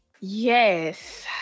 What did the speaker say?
Yes